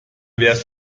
wärst